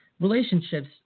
relationships